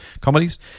comedies